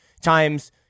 times